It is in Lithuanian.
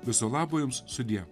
viso labo jums sudie